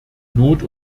not